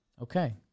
Okay